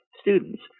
students